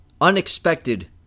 Unexpected